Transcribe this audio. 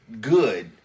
Good